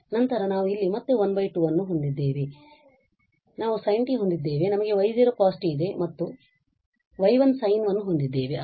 ನಂತರ ನಾವು ಇಲ್ಲಿ ಮತ್ತೆ 1 2 ಅನ್ನು ಹೊಂದಿದ್ದೇವೆ ನಂತರ ನಾವು sint ಹೊಂದಿದ್ದೇವೆ ನಮಗೆ y0 cos t ಇದೆ ಮತ್ತು ನಾವು ಮತ್ತೆ y1 sin ಹೊಂದಿದ್ದೇವೆ